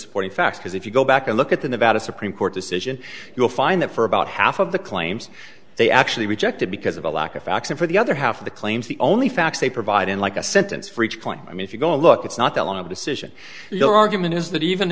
supporting facts because if you go back and look at the nevada supreme court decision you'll find that for about half of the claims they actually rejected because of a lack of facts and for the other half of the claims the only facts they provide in like a sentence for each point i mean if you go look it's not that long of a decision your argument is that even